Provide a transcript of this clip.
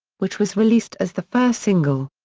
which was released as the first single.